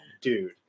dude